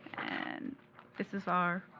and this this our